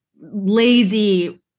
lazy